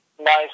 nice